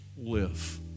live